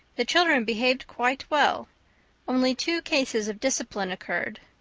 the children behaved quite well only two cases of discipline occurred.